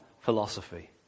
philosophy